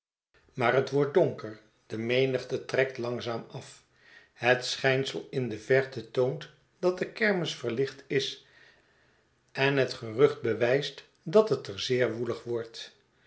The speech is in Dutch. maar het wordt donker de menigte trekt langzaam af het schijnsel in de verte toont dat de kermis verlicht is en het gerucht bewijst dat het er zeer woelig wordt